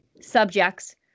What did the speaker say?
subjects